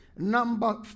Number